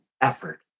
effort